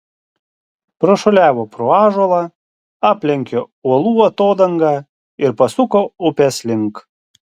prašuoliavo pro ąžuolą aplenkė uolų atodangą ir pasuko upės link